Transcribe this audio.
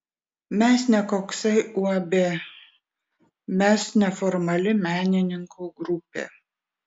mes ne koksai uab mes neformali menininkų grupė